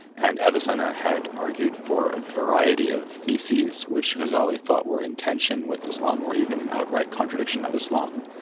and avicenna had argued for a variety of theses which ghazali thought were in tension with islam or even in outright contradiction of islam,